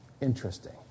Interesting